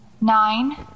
nine